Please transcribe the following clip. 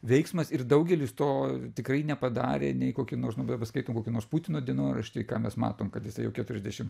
veiksmas ir daugelis to tikrai nepadarė nei kokį nors nu be paskaitom kokį nors putino dienoraštį ką mes matom kad jisai jau keturiasdešim